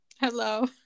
hello